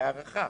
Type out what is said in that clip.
בהערכה,